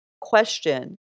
question